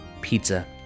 pizza